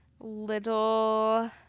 little